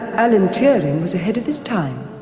alan turing was ahead of his time.